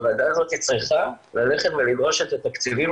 הוועדה הזאת צריכה ללכת ולדרוש את התקציבים